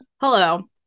Hello